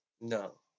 No